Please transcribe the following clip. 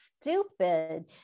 stupid